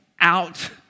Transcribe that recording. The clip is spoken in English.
out